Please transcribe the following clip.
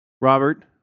Robert